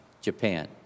Japan